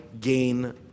gain